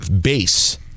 base